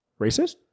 racist